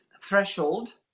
threshold